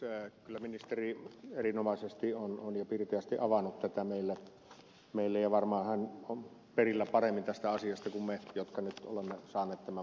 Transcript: kyllä ministeri erinomaisesti ja pirteästi on avannut tätä meille ja varmaan hän on perillä paremmin tästä asiasta kuin me jotka nyt olemme saaneet tämän vasta käsiimme